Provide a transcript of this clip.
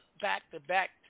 back-to-back